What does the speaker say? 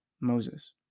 Moses